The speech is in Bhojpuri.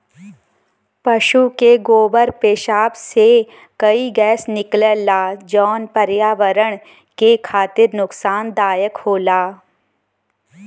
पसु के गोबर पेसाब से कई गैस निकलला जौन पर्यावरण के खातिर नुकसानदायक होला